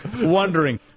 wondering